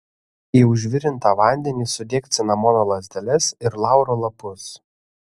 į užvirintą vandenį sudėk cinamono lazdeles ir lauro lapus